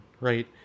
right